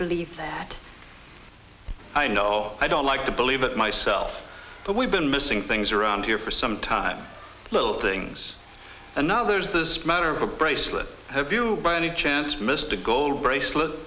believe that i know i don't like to believe it myself but we've been missing things around here for some time little things and now there's this matter of a bracelet have you by any chance missed a gold bracelet